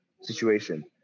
situation